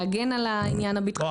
להגן על העניין הבטחוני,